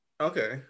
Okay